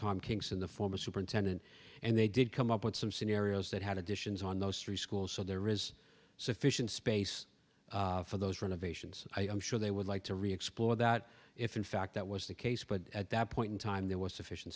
tom kings in the form of superintendent and they did come up with some scenarios that had additions on those street schools so there is sufficient space for those renovations i am sure they would like to re explore that if in fact that was the case but at that point in time there was sufficient